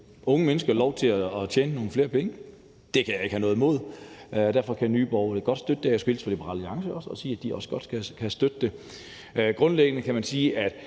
unge mennesker lov til at tjene nogle flere penge. Det kan jeg ikke have noget imod, og derfor kan Nye Borgerlige godt støtte det her. Jeg skal også hilse fra Liberal Alliance og sige, at de også godt kan støtte det. Grundlæggende kan man sige, at